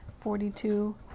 Forty-two